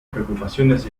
preocupaciones